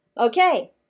Okay